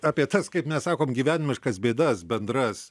apie tas kaip mes sakom gyvenimiškas bėdas bendras